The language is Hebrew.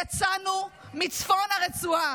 יצאנו מצפון הרצועה,